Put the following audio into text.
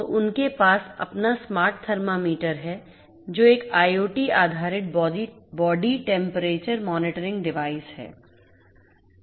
तो उनके पास अपना स्मार्ट थर्मामीटर है जो एक IOT आधारित बॉडी टेम्परेचर मॉनिटरिंग डिवाइस है